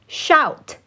shout